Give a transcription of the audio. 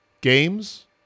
games